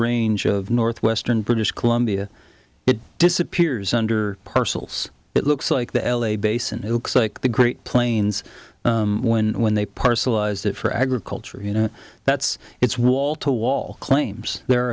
range of northwestern british columbia it disappears under parcels it looks like the l a basin it looks like the great plains when when they parcel as that for agriculture you know that's it's wall to wall claims there